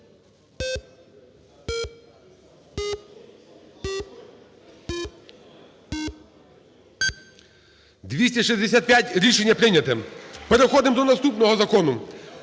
За-265 Рішення прийнято. Переходимо до наступного закону: